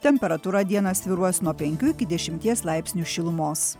temperatūra dieną svyruos nuo penkių iki dešimties laipsnių šilumos